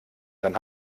dann